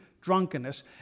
drunkenness